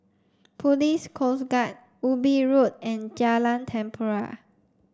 Police Coast Guard Ubi Road and Jalan Tempua